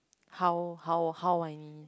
how how how I mean